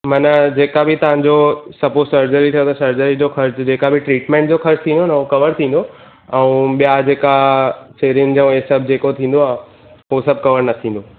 माना जेका बि तव्हांजो सपोज़ सर्जरी थियव त सर्जरी जो ख़र्चु जेका बि ट्रीटमेंट जो ख़र्चु ईंदुव उहो कवर थींदो ऐं ॿिया जेका सेविंग जो हे सभु थींदो आहे हू सभु कवर न थींदो